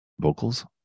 vocals